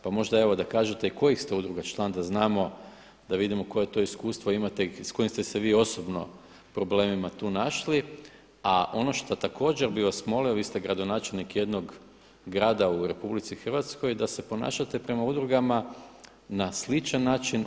Pa možda evo da kažete i kojih ste udruga član da znamo, da vidimo koje to iskustvo imate i s kojim ste se vi osobno problemima tu našli a a ono što također bih vas molio vi ste gradonačelnik jednog grada u RH da se ponašate prema udrugama na sličan način.